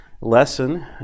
lesson